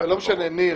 זה לא משנה, ניר.